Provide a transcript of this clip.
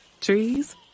Trees